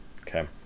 Okay